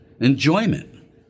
enjoyment